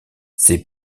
ces